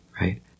right